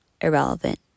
irrelevant